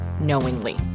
knowingly